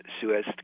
Suez